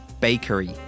Bakery